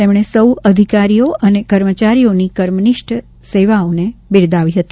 તેમણે સૌ અધિકારીઓ અને કર્મચારીઓની કર્મનિષ્ઠ સેવાઓને બિરદાવી હતી